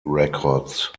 records